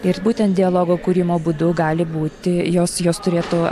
ir būtent dialogo kūrimo būdu gali būti jos jos turėtų